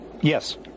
Yes